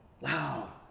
Wow